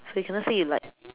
so you cannot say you like